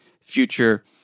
future